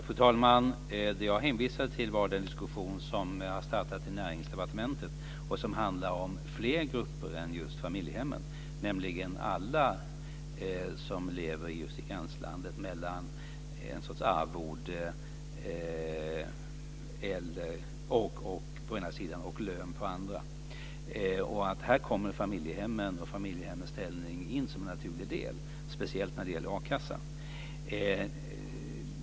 Fru talman! Jag hänvisade till den diskussion som jag har startat i Näringsdepartementet och som handlar om fler grupper än just familjehemmen, nämligen alla som lever i gränslandet mellan att å ena sidan få arvoden och å andra sidan få lön. Här kommer familjehemmens ställning in som en naturlig del av detta, speciellt när det gäller a-kassan.